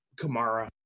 Kamara